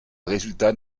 résultat